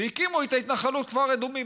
והקימו את ההתנחלות כפר אדומים,